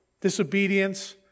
disobedience